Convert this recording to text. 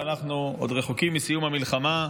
ואנחנו עוד רחוקים מסיום המלחמה.